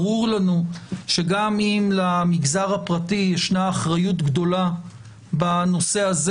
ברור לנו שגם אם למגזר הפרטי ישנה אחריות גדולה בנושא הזה